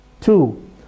Two